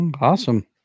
Awesome